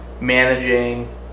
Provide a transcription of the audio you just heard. managing